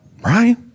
Right